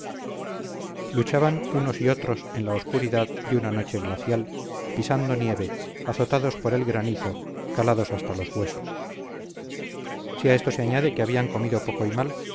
luchaban unos y otros en la obscuridad de una noche glacial pisando nieve azotados por el granizo calados hasta los huesos si a esto se añade que habían comido poco y mal